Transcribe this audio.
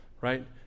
Right